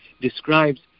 describes